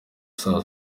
saa